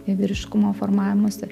į vyriškumo formavimosi